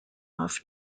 off